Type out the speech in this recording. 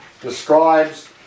describes